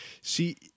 See